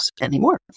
anymore